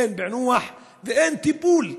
אין פענוח, ואין טיפול.